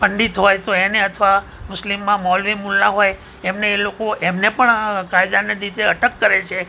પંડિત હોય તો તેને અથવા મુસ્લિમમાં મોલવી મુલ્લા હોય તેમને તે લોકો તેમને પણ કાયદાને લીધે અટક કરે છે